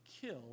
kill